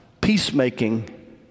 peacemaking